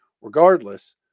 regardless